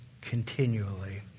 continually